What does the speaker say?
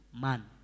man